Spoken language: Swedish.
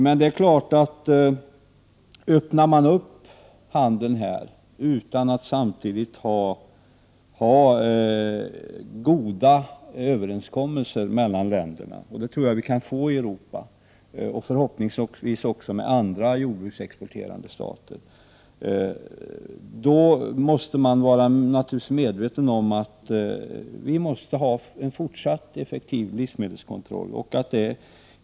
Men om man öppnar handeln på detta område utan att samtidigt ha goda överenskommelser mellan länderna, måste man vara medveten om att det är nödvändigt med en fortsatt effektiv livsmedelskontroll. Jag tror att vi kan nå goda överenskommelser i Europa, och förhoppningsvis också med andra jordbruksexporterande stater.